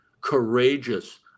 courageous